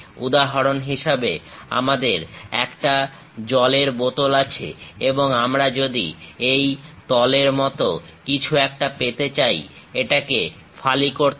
উদাহরণ হিসেবে আমাদের একটা জলের বোতল আছে এবং আমরা যদি এই তলের মতো কিছু একটা পেতে চাই এটাকে ফালি করতে হবে